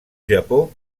japó